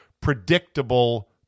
predictable